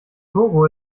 togo